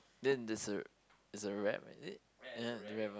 then there's a it's a wrap is it ya the wrap one